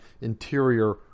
interior